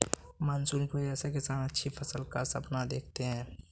monsoon की वजह से किसान अच्छी फसल का सपना देखते हैं